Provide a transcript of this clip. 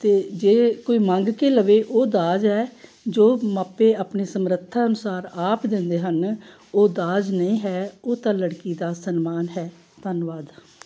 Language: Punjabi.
ਅਤੇ ਜੇ ਕੋਈ ਮੰਗ ਕੇ ਲਵੇ ਉਹ ਦਾਜ ਹੈ ਜੋ ਮਾਪੇ ਆਪਣੀ ਸਮਰੱਥਾ ਅਨੁਸਾਰ ਆਪ ਦਿੰਦੇ ਹਨ ਉਹ ਦਾਜ ਨਹੀਂ ਹੈ ਉਹ ਤਾਂ ਲੜਕੀ ਦਾ ਸਨਮਾਨ ਹੈ ਧੰਨਵਾਦ